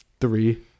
three